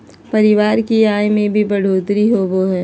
परिवार की आय में भी बढ़ोतरी होबो हइ